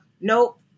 Nope